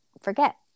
forget